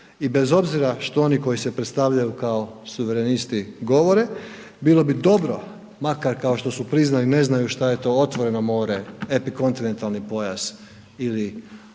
i bez obzira što oni koji se predstavljaju kao suverenisti govore, bilo bi dobro makar kao što su priznali ne znaju šta je to otvoreno more, epikontinentalni pojas ili